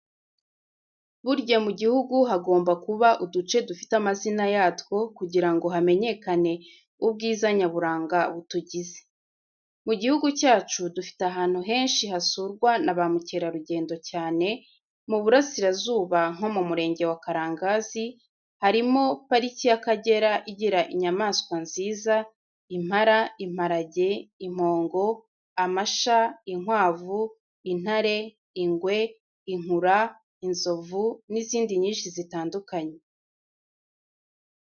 Burya mu gihugu hagomba kuba uduce dufite amazina yatwo kugira ngo hamenyekane ubwiza nyaburanga bitugize. Mu gihugu cyacu dufite ahantu henshi hasurwa n'abamukerarugendo cyane mu burasirazuba nko mu murenge wa Karangazi harimo pariki y'Akagera igira inyamaswa nziza impara, imparage, impongo, amasha, inkwavu, intare, ingwe, inkura, inzovu, n'izindi nyinshi zitandukanye.